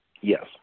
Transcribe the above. Yes